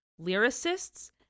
lyricists